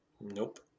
Nope